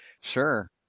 Sure